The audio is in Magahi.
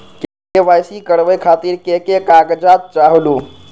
के.वाई.सी करवे खातीर के के कागजात चाहलु?